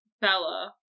Bella